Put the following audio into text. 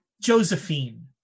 Josephine